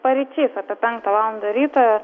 paryčiais apie penktą valandą ryto